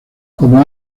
como